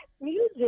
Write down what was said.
music